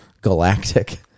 Galactic